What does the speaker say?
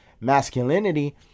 masculinity